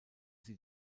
sie